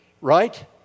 right